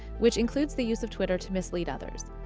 which includes the use of twitter to mislead others.